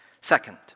Second